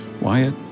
Wyatt